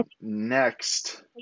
Next